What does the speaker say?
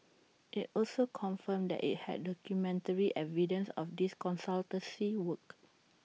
IT also confirmed that IT had documentary evidence of these consultancy works